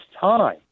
time